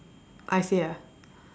I say ah